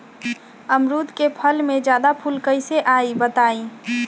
अमरुद क फल म जादा फूल कईसे आई बताई?